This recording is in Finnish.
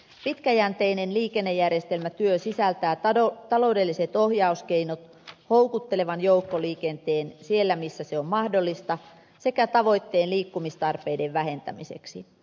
pitkäjänteinen liikennejärjestelmätyö sisältää taloudelliset ohjauskeinot houkuttelevan joukkoliikenteen siellä missä se on mahdollista sekä tavoitteen liikkumistarpeiden vähentämiseksi